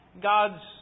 God's